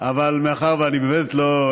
אבל מאחר שאני באמת לא,